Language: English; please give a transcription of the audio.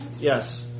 yes